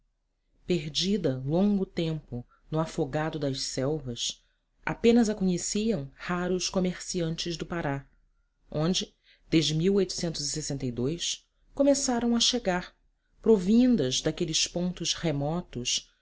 perdida longo tempo no afogado das selvas apenas a conheciam raros comerciantes do pará onde desde começaram a chegar provindas daqueles pontos remotos